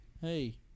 Hey